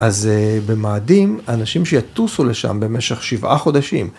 אז במאדים, אנשים שיטוסו לשם במשך שבעה חודשים.